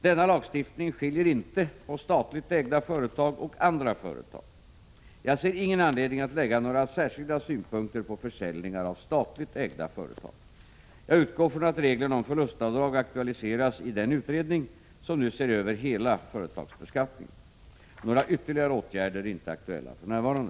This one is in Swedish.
Denna lagstiftning skiljer inte på statligt ägda företag och andra företag. Jag ser ingen anledning att lägga några särskilda synpunkter på försäljningar av statligt ägda företag. Jag utgår från att reglerna om förlustavdrag aktualiseras i den utredning som nu ser över hela företagsbeskattningen. Några ytterligare åtgärder är inte aktuella för närvarande.